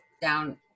down